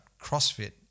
CrossFit